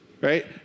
Right